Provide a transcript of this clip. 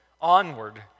onward